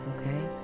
okay